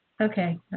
Okay